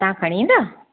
तव्हां खणी ईंदा